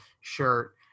shirt